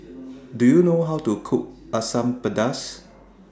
Do YOU know How to Cook Asam Pedas